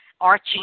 archie